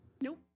nope